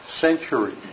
century